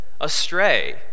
astray